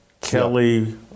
Kelly